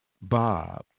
Bob